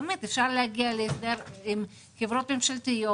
באמת אפשר להגיע להסדר עם חברות ממשלתיות,